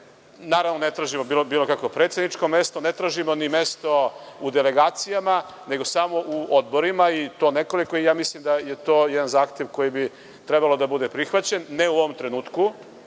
Naravno ne tražimo bilo kakvo predsedničko mesto, ne tražimo ni mesto u delegacijama nego samo u odborima i to u nekoliko odbora. Mislim da je to jedan zahtev koji bi trebalo da bude prihvaćen, ne u ovom trenutku,